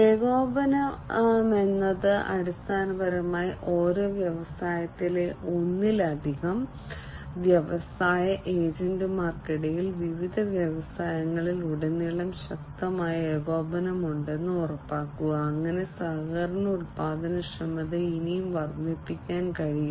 ഏകോപനമെന്നത് അടിസ്ഥാനപരമായി ഒരേ വ്യവസായത്തിലെ ഒന്നിലധികം വ്യവസായ ഏജന്റുമാർക്കിടയിൽ വിവിധ വ്യവസായങ്ങളിൽ ഉടനീളം ശക്തമായ ഏകോപനം ഉണ്ടെന്ന് ഉറപ്പാക്കുക അങ്ങനെ സഹകരണ ഉൽപ്പാദനക്ഷമത ഇനിയും വർദ്ധിപ്പിക്കാൻ കഴിയും